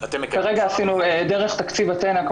אתם מקדמים --- כרגע דרך תקציב "אתנה"